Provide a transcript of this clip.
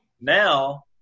Now